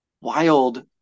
wild